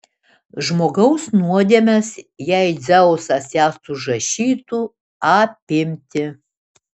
žmogaus nuodėmes jei dzeusas jas užrašytų apimti